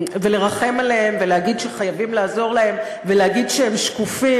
ולרחם עליהם ולהגיד שחייבים לעזור להם ולהגיד שהם שקופים.